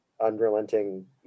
Unrelenting